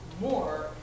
more